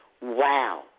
wow